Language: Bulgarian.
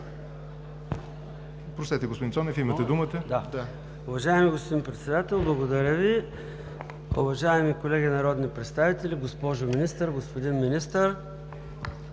Простете, господин Цонев, имате думата. ЙОРДАН ЦОНЕВ (ДПС): Уважаеми господин Председател, благодаря Ви. Уважаеми колеги народни представители, госпожо Министър, господин Министър!